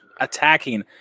attacking